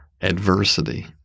adversity